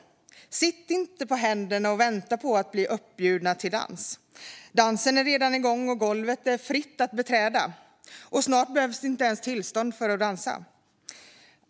Sitt inte på händerna och vänta på att bli uppbjudna! Dansen är redan igång, och golvet är fritt att beträda. Snart behövs det inte ens tillstånd för att dansa.